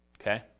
Okay